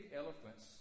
elephants